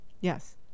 Yes